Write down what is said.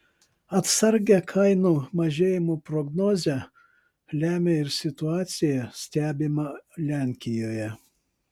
atsargią kainų mažėjimo prognozę lemia ir situacija stebima lenkijoje